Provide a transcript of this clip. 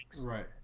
Right